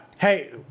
hey